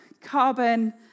carbon